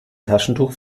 taschentuch